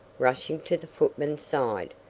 rushing to the footman's side.